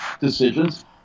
decisions